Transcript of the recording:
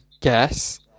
guess